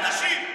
מה הגיע לאנשים.